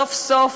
סוף-סוף,